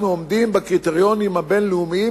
אנחנו עומדים בקריטריונים הבין-לאומיים,